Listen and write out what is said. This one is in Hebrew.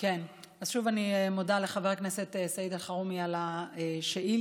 אז שוב אני מודה לחבר הכנסת סעיד אלחרומי על השאילתה,